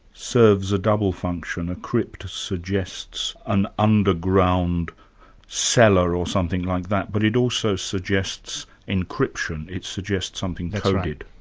serves a double function. a crypt suggests an underground cellar or something like that, but it also suggests encryption, it suggests something coded. that's right,